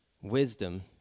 wisdom